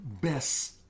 best